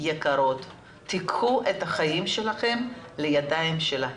קחו את החיים שלכן לידיכן.